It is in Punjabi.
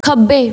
ਖੱਬੇ